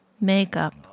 Makeup